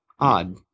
Odd